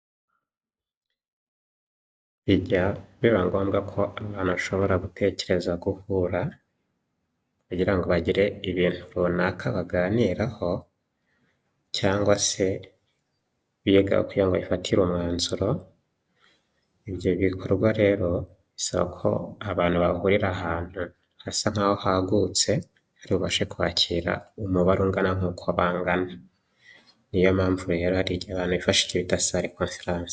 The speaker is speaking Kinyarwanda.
Bijya biba ngombwa ko abantu bashobora gutekereza guhura, kugira ngo bagire ibintu runaka baganiraho cyangwa se biga, kugira ngo babifatire umwanzuro. Ibyo bikorwa rero bisaba ko abantu bahurira ahantu hasa nk'aho hagutse, hari bubashe kwakira umubare ungana nkuko bangana, ni yo mpamvu rero hari igihe abantu bifashishije icyo bita sale konferanse.